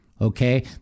okay